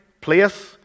place